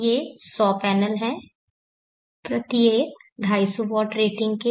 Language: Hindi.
ये 100 पैनल हैं प्रत्येक 250 W रेटिंग के